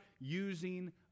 using